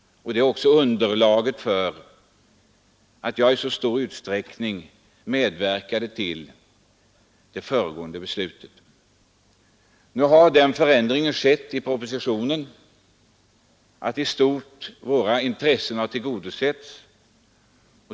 Detta är underlaget till att jag i så stor utsträckning medverkade till det föregående beslutet. Nu har denna förändring skett i propositionen och våra intressen i stort blivit tillgodosedda.